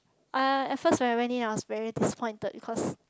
uh at first when I went in I was very disappointed because